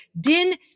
Din